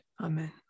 Amen